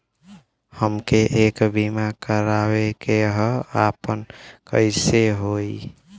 हमके एक बीमा करावे के ह आपन कईसे होई?